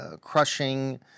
crushing